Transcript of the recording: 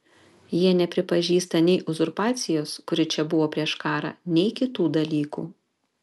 jie nepripažįsta nei uzurpacijos kuri čia buvo prieš karą nei kitų dalykų